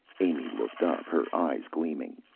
amy looked up, her eyes gleaming.